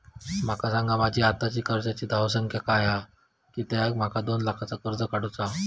माका सांगा माझी आत्ताची कर्जाची धावसंख्या काय हा कित्या माका दोन लाखाचा कर्ज काढू चा हा?